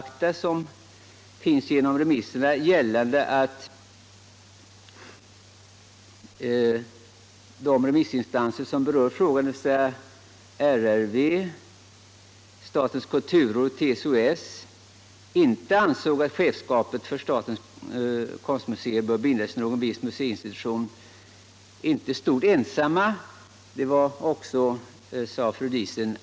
I sin redovisning av remissinstansernas yttranden gjorde fru Diesen gällande att RRV, statens kulturråd och TCO-S inte stod ensamma. Bl.